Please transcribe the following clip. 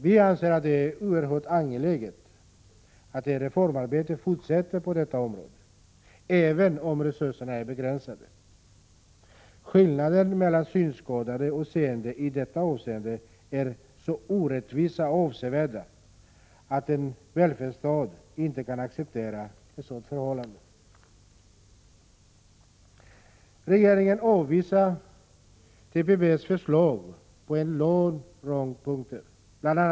Vi anser att det är oerhört angeläget att ett reformarbete fortsätter på detta område, även om resurserna är begränsade. Skillnaden mellan synskadade och seende i dessa avseenden är så orättvis och avsevärd, att en välfärdsstat inte kan acceptera ett sådant förhållande. Regeringen avvisar TPB:s förslag på en lång rad punkter. Bl.